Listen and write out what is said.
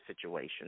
situation